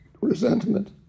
resentment